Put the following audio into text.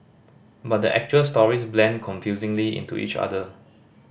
but the actual stories blend confusingly into each other